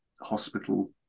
hospital